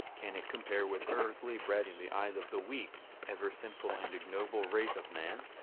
can it compare with earthly bread in the eyes of the weak, ever sinful and ignoble race of man?